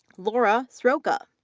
laura sroka,